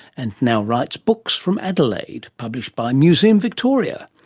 and now writes books from adelaide, published by museum victoria.